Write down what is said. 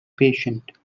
patient